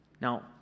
Now